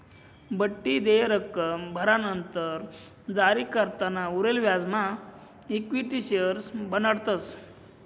बठ्ठी देय रक्कम भरानंतर जारीकर्ताना उरेल व्याजना इक्विटी शेअर्स बनाडतस